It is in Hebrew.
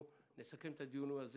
נסכם את הדיון הזה